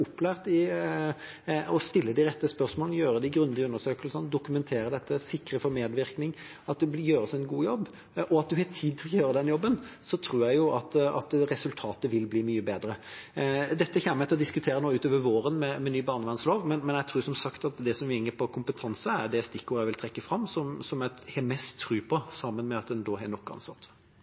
opplært i å stille de riktige spørsmålene, gjøre de grundige undersøkelsene, dokumentere dette og sikre medvirkning og at det gjøres en god jobb, og at man har tid til å gjøre den jobben, da tror jeg at resultatet vil bli mye bedre. Dette kommer vi til å diskutere nå utover våren med ny barnevernslov, men jeg tror som sagt at kompetanse er det stikkordet jeg vil trekke fram som jeg har mest tro på, sammen med at en har nok